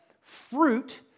fruit